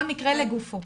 כל מקרה לגופו.